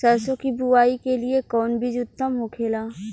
सरसो के बुआई के लिए कवन बिज उत्तम होखेला?